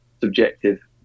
subjective